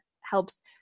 helps